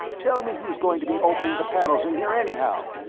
tell me who's going to be opening the panels in here anyhow?